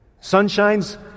Sunshine's